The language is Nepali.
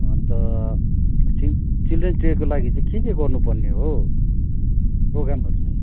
अन्त चि चिल्ड्रेन्स डेको लागि चाहिँ के के गर्नुपर्ने हो प्रोग्रामहरू चाहिँ